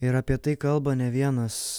ir apie tai kalba ne vienas